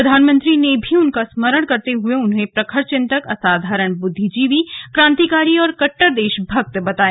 प्रधानमंत्री ने भी उनका स्मारण करते हुए उन्हें प्रखर चिंतक असाधारण बुद्धिजीवी क्रांतिकारी और क ्टर देशभक्त बताया